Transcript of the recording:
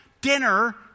dinner